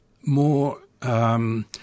more